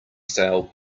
stale